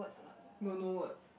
no no words